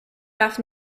darf